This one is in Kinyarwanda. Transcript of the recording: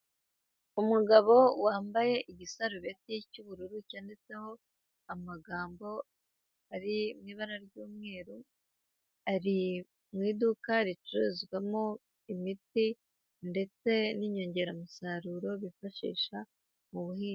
Umugabo wambaye igisarubeti cy'ubururu cyanditseho amagambo ari mu ibara ry'umweru, ari mu iduka ricururizwamo imiti ndetse n'inyongeramusaruro bifashisha mu buhinzi.